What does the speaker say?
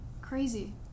crazy